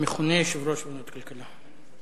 המכונה יושב-ראש ועדת כלכלה.